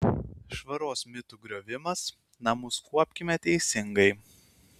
švaros mitų griovimas namus kuopkime teisingai